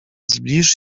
zbliż